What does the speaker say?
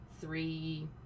three